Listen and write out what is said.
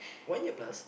one year plus